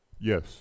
yes